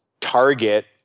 target